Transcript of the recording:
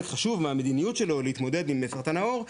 חשוב מהמדיניות שלו להתמודדות עם סרטן העור,